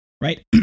right